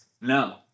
No